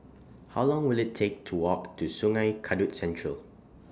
How Long Will IT Take to Walk to Sungei Kadut Central